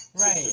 Right